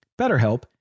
BetterHelp